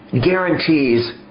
guarantees